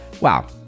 wow